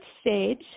stage